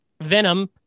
Venom